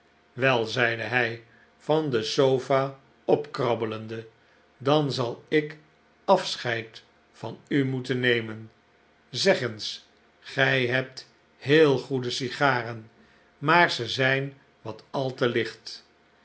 zeide hij van de sofa opkrabbelende dan zal ik afscheid van u moeten nemen zeg eens gij hebt heel goede sigaren maar ze zijn wat